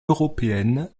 européenne